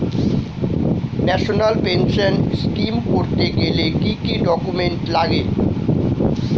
National pension scheme করতে গেলে কি কি ডকুমেন্ট লাগে?